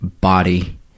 body